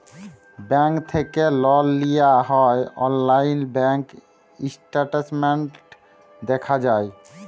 bank থ্যাকে লল লিয়া হ্যয় অললাইল ব্যাংক ইসট্যাটমেল্ট দ্যাখা যায়